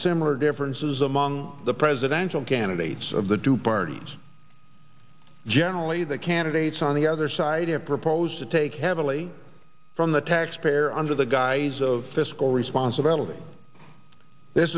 similar differences among the presidential candidates of the two parties generally the candidates on the other side have proposed to take heavily from the taxpayer under the guise of fiscal responsibility this